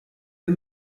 wir